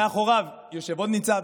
מאחוריו יושב עוד ניצב,